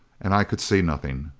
and i could see nothing.